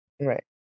Right